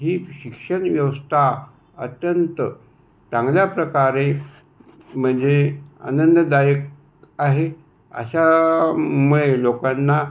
ही शिक्षणव्यवस्था अत्यंत चांगल्या प्रकारे म्हणजे आनंददायक आहे अशामुळे लोकांना